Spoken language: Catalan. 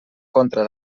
contra